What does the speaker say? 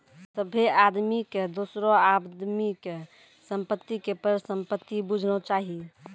सभ्भे आदमी के दोसरो आदमी के संपत्ति के परसंपत्ति बुझना चाही